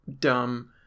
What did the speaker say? dumb